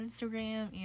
Instagram